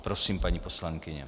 Prosím, paní poslankyně.